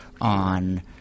on –